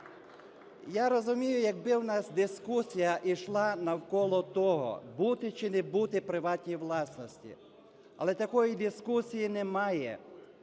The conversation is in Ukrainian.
Я розумію, якби в нас дискусія йшла навколо того, бути чи не бути приватній власності. Але такої дискусії немає.